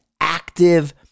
active